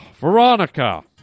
Veronica